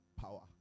Power